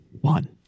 one